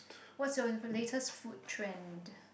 what's your latest food trend